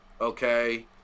okay